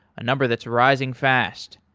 a number that's rising fast.